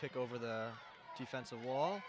took over the defensive wa